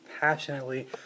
passionately